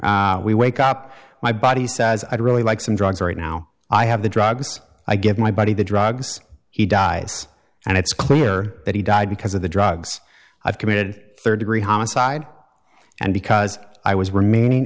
we wake up my body says i'd really like some drugs right now i have the drugs i give my body the drugs he dies and it's clear that he died because of the drugs i've committed rd degree homicide and because i was remaining